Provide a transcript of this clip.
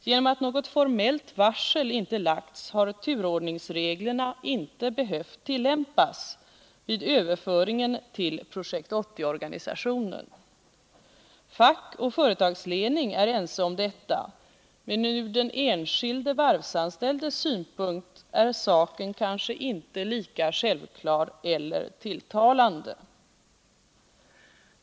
Genom att något formellt varsel inte lagts fram har turordningsreglerna inte behövt tillämpas vid överföringen till Projekt 80-organisationen. Fack och företagsledning är ense om detta, men ur den enskilde varvsanställdes synpunkt är saken kanske inte lika självklar eller tilltalande.